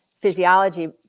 physiology